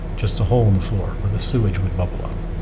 just a hole in the floor where the sewage would bubble up.